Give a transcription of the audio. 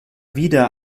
wieder